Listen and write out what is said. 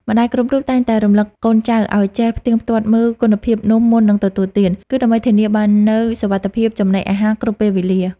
ម្ដាយគ្រប់រូបតែងតែរំលឹកកូនចៅឱ្យចេះផ្ទៀងផ្ទាត់មើលគុណភាពនំមុននឹងទទួលទាន គឺ ដើម្បីធានាបាននូវសុវត្ថិភាពចំណីអាហារគ្រប់ពេលវេលា។